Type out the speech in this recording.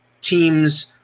teams